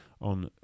on